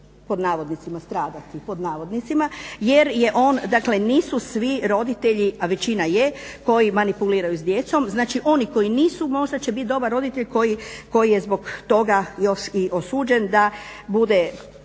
će ovdje "stradati" jer je on, dakle nisu svi roditelji a većina je koji manipuliraju s djecom. Znači oni koji nisu možda će bit dobar roditelj koji je zbog toga još i osuđen da bude